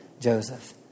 Joseph